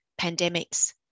pandemics